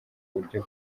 uburyo